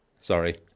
Sorry